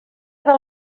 del